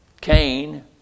Cain